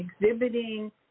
exhibiting